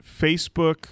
Facebook